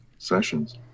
sessions